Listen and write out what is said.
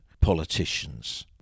politicians